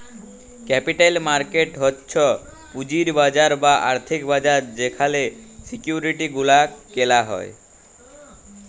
capital market হচ্ছ পুঁজির বাজার বা আর্থিক বাজার যেখালে সিকিউরিটি গুলা কেলা হ্যয়